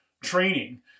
training